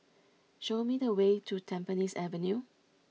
show me the way to Tampines Avenue